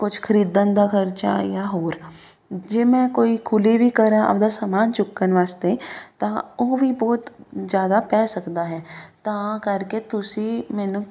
ਕੁਝ ਖਰੀਦਣ ਦਾ ਖਰਚਾ ਜਾਂ ਹੋਰ ਜੇ ਮੈਂ ਕੋਈ ਕੁਲੀ ਵੀ ਕਰਾਂ ਆਪਦਾ ਸਮਾਨ ਚੁੱਕਣ ਵਾਸਤੇ ਤਾਂ ਉਹ ਵੀ ਬਹੁਤ ਜ਼ਿਆਦਾ ਪੈ ਸਕਦਾ ਹੈ ਤਾਂ ਕਰਕੇ ਤੁਸੀਂ ਮੈਨੂੰ